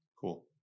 cool